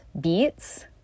beets